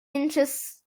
inches